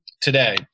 today